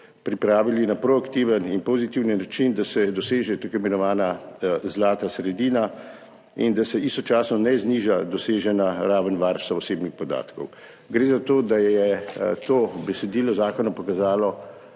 pripravili na proaktiven in pozitiven način, da se doseže tako imenovana zlata sredina in da se istočasno ne zniža dosežena raven varstva osebnih podatkov. Gre za to, da je to besedilo zakona pokazalo